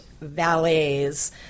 valets